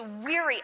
weary